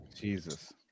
jesus